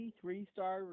three-star